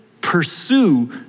pursue